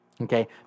Okay